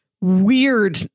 weird